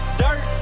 dirt